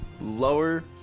lower